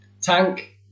Tank